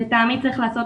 לטעמי צריך לעשות,